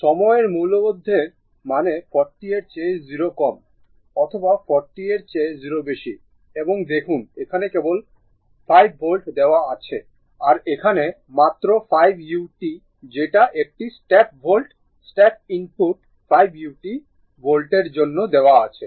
সময়ের মূল্যবোধের মানে 40 এর চেয়ে 0 কম অথবা 40 এর চেয়ে 0 বেশি এবং দেখুন এখানে কেবল 5 ভোল্ট দেওয়া আছে আর এখানে মাত্র 5 u যেটা একটি step volt step input 5u ভোল্টের জন্য দেওয়া আছে